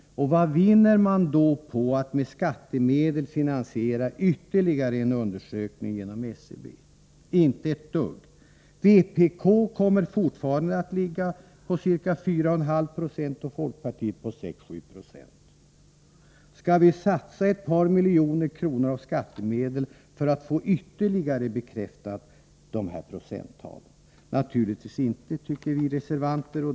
Vad vinner man då på att med skattemedel finansiera ytterligare en undersökning, som skall utföras av SCB? Inte ett dugg. Vpk kommer fortfarande att ligga på ca 4,5 90 och folkpartiet på 6-7 90. Skall vi satsa ett par miljoner kronor av skattemedel för att få dessa procenttal ytterligare bekräftade? Naturligtvis inte, tycker vi reservanter.